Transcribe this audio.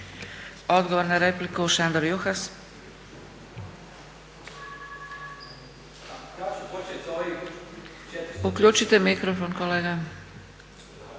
Odgovor na repliku, Šandor Juhas. Uključite mikrofon kolega.